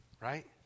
Right